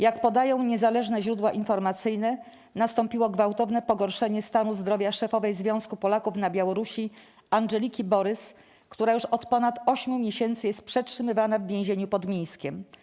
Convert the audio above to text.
Jak podają niezależne źródła informacyjne, nastąpiło gwałtowne pogorszenie stanu zdrowia szefowej Związku Polaków na Białorusi Andżeliki Borys, która już od ponad 8 miesięcy jest przetrzymywana w więzieniu pod Mińskiem.